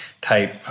type